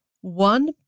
one